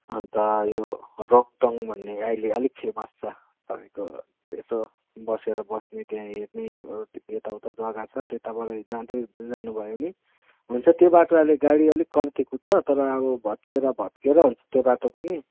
अन्त यो रङटङ भन्ने अहिले फेमस छ तपाईँको यसो बसेर बस्ने त्यहाँ हेर्ने यताउता जग्गा छ त्यताबाट जाँदै जानुभयो भने हुन्छ त्यो बाटो अहिले गाडी अलिक कम्ती कुद्छ तर अब भत्किएर भत्किएर हुन्छ त्यो बाटो पनि